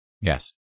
Yes